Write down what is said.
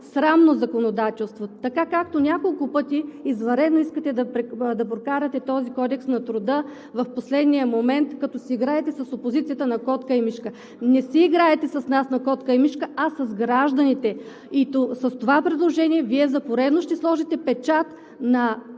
срамно законодателство, така както няколко пъти извънредно искате да прокарате този Кодекс на труда в последния момент, като си играете с опозицията на котка и мишка. Не си играете с нас на котка и мишка, а с гражданите. И с това предложение Вие за поредно ще сложите печат на